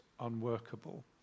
unworkable